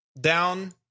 down